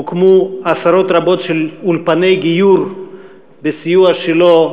הוקמו עשרות רבות של אולפני גיור בסיוע שלו.